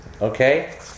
okay